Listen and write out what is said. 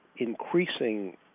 increasing